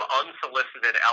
unsolicited